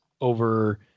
over